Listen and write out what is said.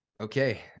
okay